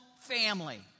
family